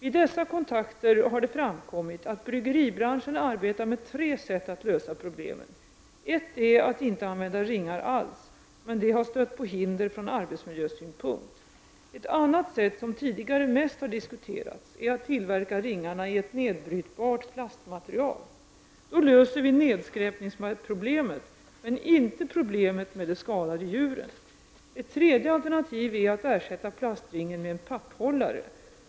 Vid dessa kontakter har det framkommit att bryggeribranschen arbetar med tre sätt att lösa problemen. Ett är att inte använda ringar alls, men det har stött på hinder från arbetsmiljösynpunkt. Ett annat sätt, som tidigare mest har diskuterats, är att tillverka ringarna i ett nedbrytbart plastmaterial. Då löser vi nedskräpningsproblemet, men inte problemet med de skadade djuren. Ett tredje alternativ är att ersätta plastringen med en papphållare.